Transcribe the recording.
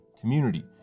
community